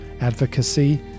advocacy